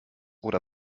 oder